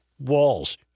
Walls